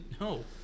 No